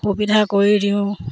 সুবিধা কৰি দিওঁ